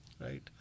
right